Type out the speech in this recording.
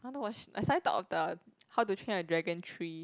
I want to watch I suddenly thought of the How to Train a Dragon Three